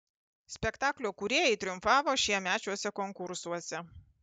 spektaklio kūrėjai triumfavo šiemečiuose konkursuose